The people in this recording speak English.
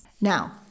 Now